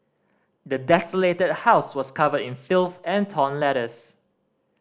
the desolated house was covered in filth and torn letters